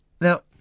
Now